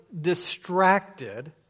distracted